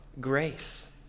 grace